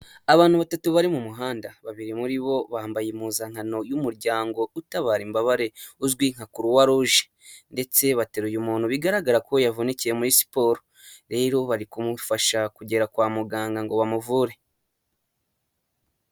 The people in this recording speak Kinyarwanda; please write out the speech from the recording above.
Abantu batatu bari mu muhanda, babiri muri bo bambaye impuzankano y'umuryango utabara imbabare uzwi nka Croix rouge ndetse bateruye umuntu, bigaragara ko yavunikiye muri siporo rero bari kumufasha kugera kwa muganga ngo bamuvure.